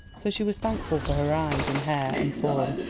so she was thankful for her eyes and hair, and form.